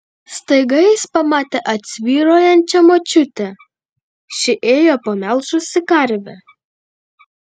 staiga jis pamatė atsvyruojančią močiutę ši ėjo pamelžusi karvę